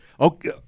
Okay